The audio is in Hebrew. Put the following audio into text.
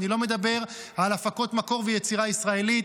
אני לא מדבר על הפקות מקור ועל יצירה ישראלית,